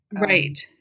Right